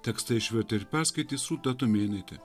tekstą išvertė ir perskaitys rūta tumėnaitė